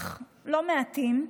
אך לא מעטים,